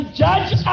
judge